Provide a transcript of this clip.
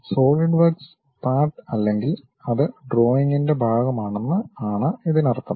solid works part അല്ലെങ്കിൽ അത് ഡ്രോയിംഗിന്റെ ഭാഗമാണെന്ന് ആണ് ഇതിനർത്ഥം